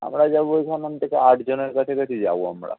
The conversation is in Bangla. আমরা যাব ওখান থেকে আটজনের কাছাকাছি যাব আমরা